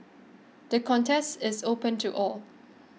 the contest is open to all